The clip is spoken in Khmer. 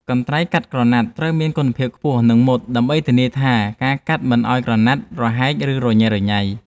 កន្ត្រៃកាត់ក្រណាត់ត្រូវតែមានគុណភាពខ្ពស់ និងមុត ដើម្បីធានាថាការកាត់មិនធ្វើឱ្យក្រណាត់រហែក ឬរញ៉េរញ៉ៃ។